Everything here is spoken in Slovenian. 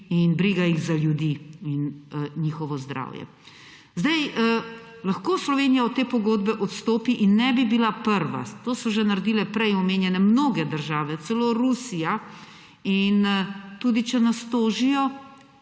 in briga jih za ljudi in njihovo zdravje. Lahko Slovenija od te pogodbe odstopi in ne bi bila prva. To so že naredile prej omenjene mnoge države, celo Rusija. Tudi če nas tožijo,